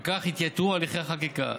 ובכך יתייתרו הליכי החקיקה.